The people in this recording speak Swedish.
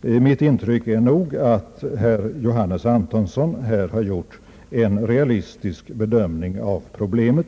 Mitt intryck är att herr Antonsson här gjort en realistisk bedömning av problemen.